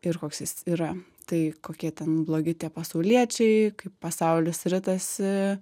ir koks jis yra tai kokie ten blogi tie pasauliečiai kaip pasaulis ritasi